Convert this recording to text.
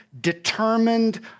determined